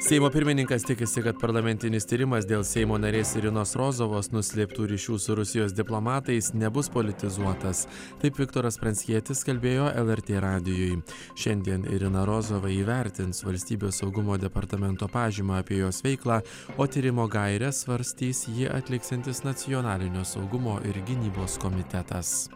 seimo pirmininkas tikisi kad parlamentinis tyrimas dėl seimo narės irinos rozovos nuslėptų ryšių su rusijos diplomatais nebus politizuotas taip viktoras pranckietis kalbėjo lrt radijui šiandien irina rozova įvertins valstybės saugumo departamento pažymą apie jos veiklą o tyrimo gaires svarstys jį atliksiantis nacionalinio saugumo ir gynybos komitetas